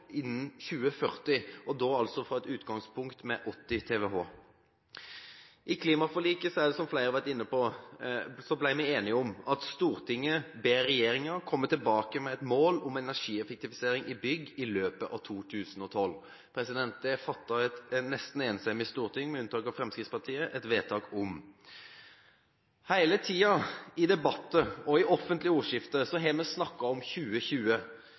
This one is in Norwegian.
innen 2020 og 40 TWh innen 2040, fra et utgangspunkt på 80 TWh. I klimaforliket, som flere har vært inne på, ble vi enige om at Stortinget skulle be regjeringen komme tilbake med et mål om energieffektivisering i bygg i løpet av 2012. Det fattet et nesten enstemmig storting, med unntak av Fremskrittspartiet, vedtak om. Hele tiden i debatter og i offentlig ordskifte har vi snakket om 2020.